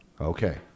Okay